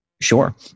Sure